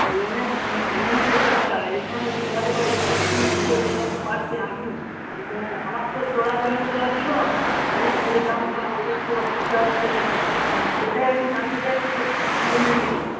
নেমে নেমেছে দামটা এখানে সব শুনছি যে ওইভাবে পাচ্ছে আমি আমার তো তোলা ছিলো কাজেই সেই দামটা আমার একটু অসুবিধা হচ্ছে দিতে তো ওটাই আমি জানতে চাইছি যে কমেছে কি না